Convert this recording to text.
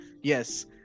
Yes